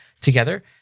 Together